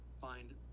find